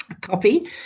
copy